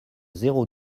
zéro